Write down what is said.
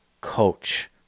coach